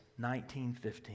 19.15